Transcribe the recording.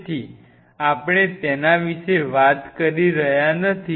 તેથી આપણે તેના વિશે વાત કરી રહ્યા નથી